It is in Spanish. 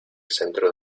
centro